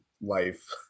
life